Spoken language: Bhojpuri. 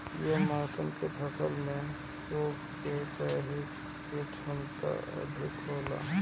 ये मौसम के फसल में सुखा के सहे के क्षमता अधिका होला